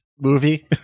movie